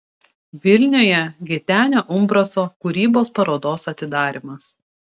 vilniuje gitenio umbraso kūrybos parodos atidarymas